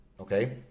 okay